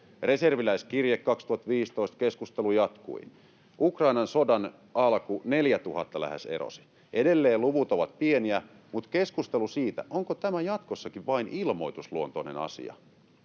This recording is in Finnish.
Reserviläiskirje 2015, keskustelu jatkui. Ukrainan sodan alku, lähes 4 000 erosi. [Keskeltä: Ministeri ei vastaa kysymykseen!] Edelleen luvut ovat pieniä, mutta keskustelu siitä, onko tämä jatkossakin vain ilmoitusluontoinen asia,